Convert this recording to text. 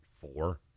Four